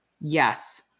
yes